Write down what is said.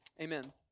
amen